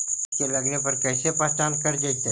कीट के लगने पर कैसे पहचान कर जयतय?